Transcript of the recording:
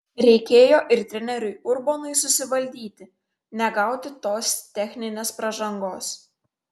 reikėjo ir treneriui urbonui susivaldyti negauti tos techninės pražangos